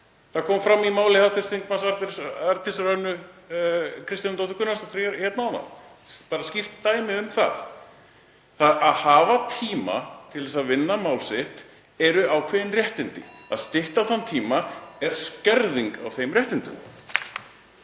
það kom fram í máli hv. þm. Arndísar Örnu Kristjánsdóttur Gunnarsdóttur hér áðan, bara skýrt dæmi um það. Það að hafa tíma til þess að vinna mál sitt eru ákveðin réttindi. Að stytta þann tíma er skerðing á þeim réttindum.